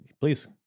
Please